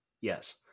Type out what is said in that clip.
yes